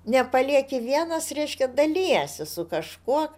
nepalieki vienas reiškia dalijiesi su kažkuo